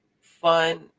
fun